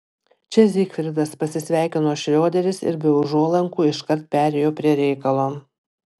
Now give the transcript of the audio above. čia zigfridas pasisveikino šrioderis ir be užuolankų iškart perėjo prie reikalo